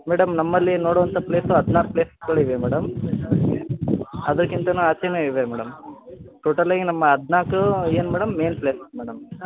madam ನಮ್ಮಲ್ಲಿ ನೋಡುವಂಥ place ಹದ್ನಾರು ಪ್ಲೇಸ್ಗಳಿವೆ ಮೇಡಮ್ ಅದಕ್ಕಿಂತಲೂ ಜಾಸ್ತಿನೇ ಇದೆ ಮೇಡಮ್ ಟೋಟಲೀ ನಮ್ಮ ಹದ್ನಾಲ್ಕು ಏನು ಮೇಡಮ್ ಮೇಯ್ನ್ ಪ್ಲೇಸ್ ಮೇಡಮ್